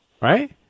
right